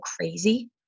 crazy